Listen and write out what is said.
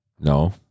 No